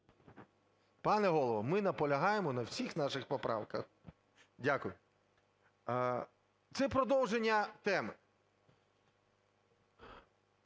Пане Голово, ми наполягаємо на всіх наших поправках. Дякую. Це продовження теми.